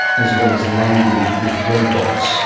as well as language with robots